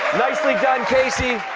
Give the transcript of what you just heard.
nicely done casey.